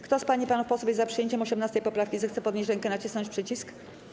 Kto z pań i panów posłów jest za przyjęciem 18. poprawki, zechce podnieść rękę i nacisnąć przycisk.